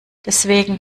deswegen